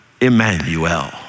Emmanuel